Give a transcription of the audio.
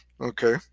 Okay